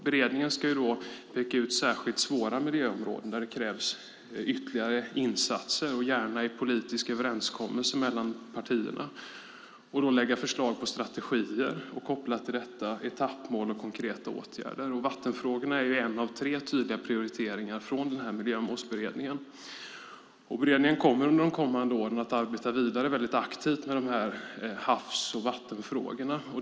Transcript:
Beredningen ska peka ut särskilt svåra miljöområden där det krävs ytterligare insatser och gärna en politisk överenskommelse mellan partierna, lägga fram förslag på strategier och koppat till detta etappmål och konkreta åtgärder. Vattenfrågorna är en av tre tydliga prioriteringar för Miljömålsberedningen. Beredningen kommer de under kommande åren att arbeta vidare aktivt med havs och vattenfrågorna.